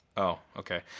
oh, okay.